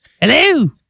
Hello